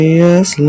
yes